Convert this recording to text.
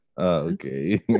okay